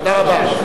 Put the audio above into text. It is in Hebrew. תודה רבה.